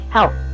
Help